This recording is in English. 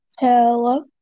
Hello